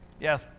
Yes